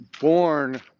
born